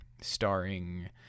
starring